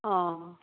অঁ